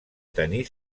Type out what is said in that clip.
tenir